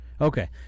Okay